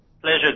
Pleasure